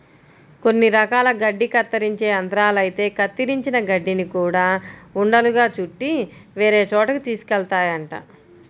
కొన్ని రకాల గడ్డి కత్తిరించే యంత్రాలైతే కత్తిరించిన గడ్డిని గూడా ఉండలుగా చుట్టి వేరే చోటకి తీసుకెళ్తాయంట